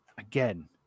Again